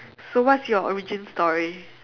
so what's your origin story